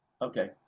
Okay